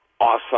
Awesome